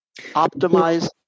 optimize